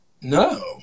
No